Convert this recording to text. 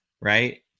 right